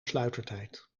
sluitertijd